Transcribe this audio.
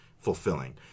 fulfilling